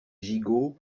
gigot